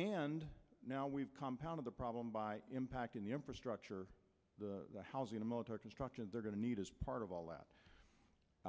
and now we compound the problem by impacting the infrastructure the housing the military construction they're going to need as part of all that